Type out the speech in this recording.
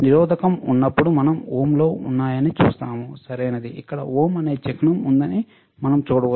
నిరోధకం ఉన్నప్పుడు మనం ఓంలు ఉన్నాయని చూస్తాము సరియైనది ఇక్కడ ఓం అనే చిహ్నం ఉందని మనం చూడవచ్చు